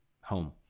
home